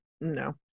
no